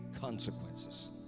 consequences